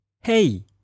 Hey